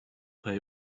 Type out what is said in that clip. pay